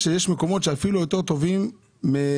שאפילו יותר טובים מהיהודים.